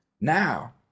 now